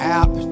app